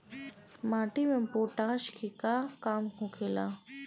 माटी में पोटाश के का काम होखेला?